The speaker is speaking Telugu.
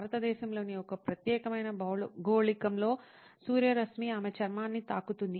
భారతదేశంలోని ఈ ప్రత్యేక భౌగోళికంలో సూర్యరశ్మి ఆమె చర్మాన్ని తాకుతుంది